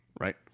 Right